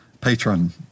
patron